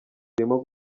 irimo